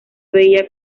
veía